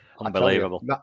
unbelievable